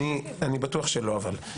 אני בטוח שלא, אבל.